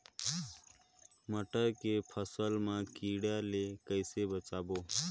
मटर के फसल मा कीड़ा ले कइसे बचाबो?